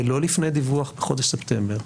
ולא לפני דיווח בחודש ספטמבר,